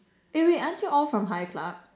eh wait aren't you all from high club